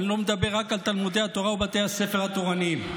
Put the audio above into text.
אני לא מדבר רק על תלמודי התורה ובתי הספר התורניים.